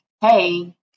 hey